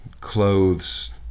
clothes